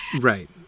Right